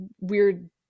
weird